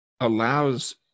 allows